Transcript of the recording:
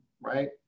right